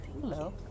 Hello